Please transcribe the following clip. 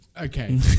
Okay